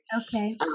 Okay